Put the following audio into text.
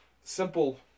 simple